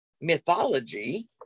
mythology